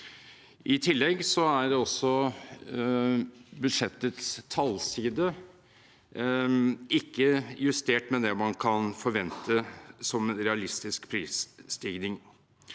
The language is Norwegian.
I tillegg er budsjettets tallside ikke justert med det man kan forvente som en realistisk prisstigning.